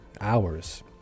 hours